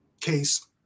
case